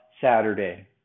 Saturday